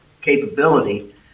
capability